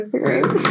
great